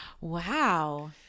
Wow